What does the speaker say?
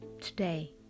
today